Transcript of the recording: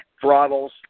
throttles